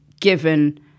given